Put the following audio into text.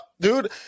Dude